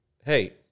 hey